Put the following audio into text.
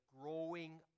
growing